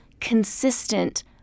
consistent